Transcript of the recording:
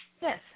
Yes